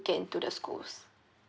get into the schools